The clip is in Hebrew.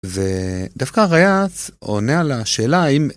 ודווקא ריאץ עונה על השאלה האם...